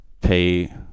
pay